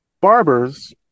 Barbers